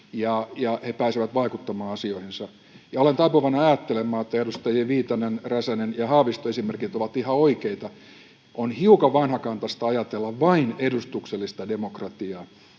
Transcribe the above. he pääsevät vaikuttamaan asioihinsa. Olen taipuvainen ajattelemaan, että edustajien Viitanen, Räsänen ja Haavisto esimerkit ovat ihan oikeita. On hiukan vanhakantaista ajatella vain edustuksellista demokratiaa